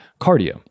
cardio